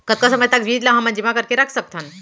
कतका समय तक बीज ला हमन जेमा करके रख सकथन?